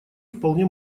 вполне